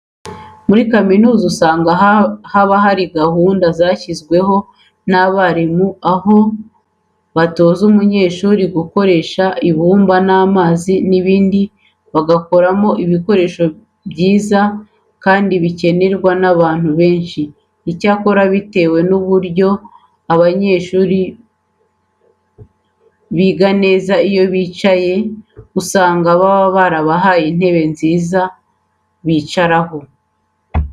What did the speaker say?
Muri kaminuza usanga haba hari gahunda yashyizweho n'abarimu aho batoza abanyeshuri gukoresha ibumba, amazi n'ibindi bagakoramo ibikoresho byiza kandi bikenerwa n'abantu benshi. Icyakora bitewe n'uburyo umunyeshuri yiga neza iyo yicaye, usanga baba barabahaye intebe nziza bicaraho.